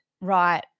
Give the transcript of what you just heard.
Right